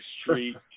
street